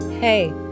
Hey